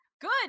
Good